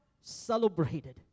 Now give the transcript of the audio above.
celebrated